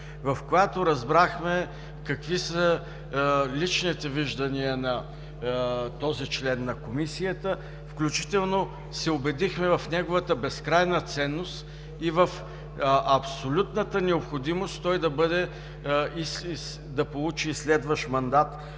в която разбрахме какви са личните виждания на този член на Комисията, включително се убедихме в неговата безкрайна ценност и в абсолютната необходимост той да получи и следващ мандат